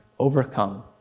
overcome